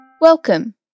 Welcome